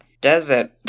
desert